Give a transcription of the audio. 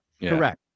correct